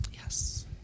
Yes